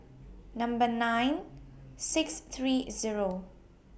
Number nine six three Zero